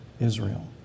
Israel